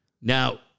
Now